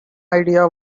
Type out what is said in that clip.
idea